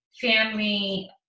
family